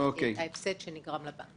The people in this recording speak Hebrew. ההפסד שנגרם לבנק.